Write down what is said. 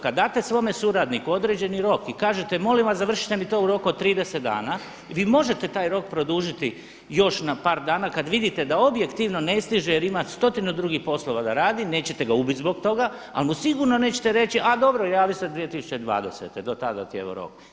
Kada date svome suradniku određeni rok i kažete molim vas završite mi to u roku od 30 dana, vi možete taj roku produžiti još na par dana kada vidite da objektivno ne stiže jer ima stotinu drugih poslova da radi, nećete ga ubiti zbog toga ali mu sigurno nećete reći a dobro javi se 2020., do tada ti je evo rok.